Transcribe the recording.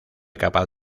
capaz